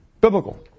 biblical